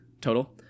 total